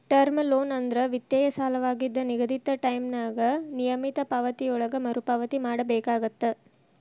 term loan ಅಂದ್ರ ವಿತ್ತೇಯ ಸಾಲವಾಗಿದ್ದ ನಿಗದಿತ ಟೈಂನ್ಯಾಗ ನಿಯಮಿತ ಪಾವತಿಗಳೊಳಗ ಮರುಪಾವತಿ ಮಾಡಬೇಕಾಗತ್ತ